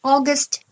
August